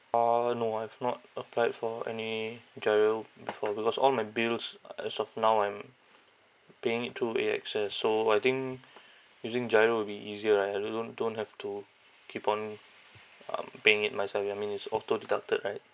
uh no I've not applied for any GIRO before because all my bills uh as of now I'm paying it through A_X_S so I think using GIRO will be easier right I don't don't don't have to keep on um paying it myself ya I mean is auto deducted right